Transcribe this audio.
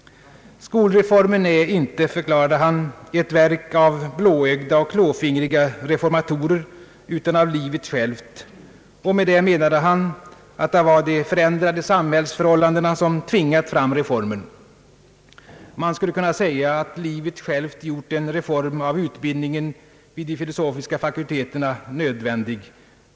Skolreformen är inte, förklarade han, ett verk av blåögda och klåfingriga reformatorer utan av livet självt. Med detta menade han att det var de förändrade samhällsförhållandena som tvingat fram reformen. Man skulle kanske kunna säga att livet självt nu gjort en reform av utbildningen vid de filosofiska fakulteterna nödvändig.